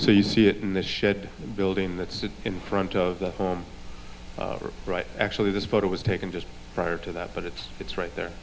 so you see it in this shed building that's in front of the right actually this photo was taken just prior to that but it's it's right there